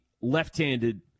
left-handed